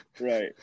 Right